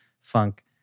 funk